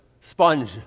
sponge